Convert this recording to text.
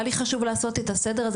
היה לי חשוב לעשות את הסדר הזה.